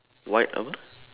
white apa